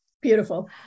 Beautiful